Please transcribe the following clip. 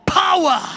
power